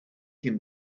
him